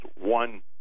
one